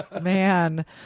Man